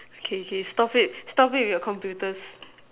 okay okay stop it stop it with your computer